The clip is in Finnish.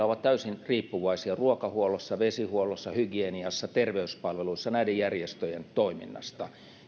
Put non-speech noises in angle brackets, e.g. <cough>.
<unintelligible> ovat täysin riippuvaisia ruokahuollossa vesihuollossa hygieniassa terveyspalveluissa näiden järjestöjen toiminnasta